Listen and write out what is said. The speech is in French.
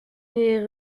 des